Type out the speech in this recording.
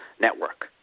network